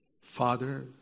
Father